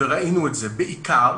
וראינו את זה בעיקר